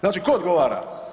Znači, tko odgovara?